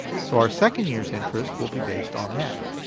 so our second year's interest will be based on that.